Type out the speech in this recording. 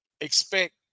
expect